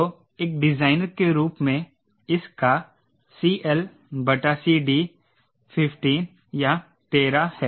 तो एक डिजाइनर के रूप में इसका CLCD 15 या 13 है